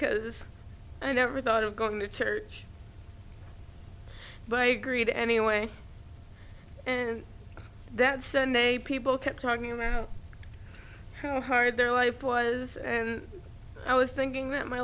because i never thought of going to church but i agreed anyway and that's a neighbor people kept talking about how hard their life was and i was thinking that my